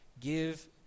Give